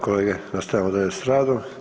kolege nastavljamo dalje s radom.